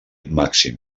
màxim